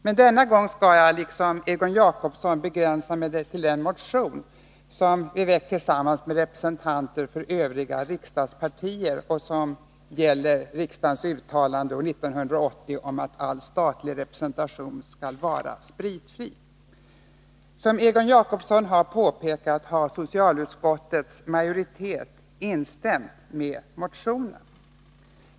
Men denna gång skall jag liksom Egon Jacobsson begränsa mig till den motion som vi väckt tillsammans med representanter för övriga riksdagspartier och som gäller riksdagens uttalande år 1980 om att all statlig representation skall vara spritfri. Som Egon Jacobsson påpekade har socialutskottets majoritet instämt med motionen.